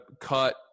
cut